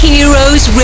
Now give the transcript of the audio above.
Heroes